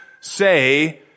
say